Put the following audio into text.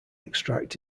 extract